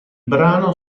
brano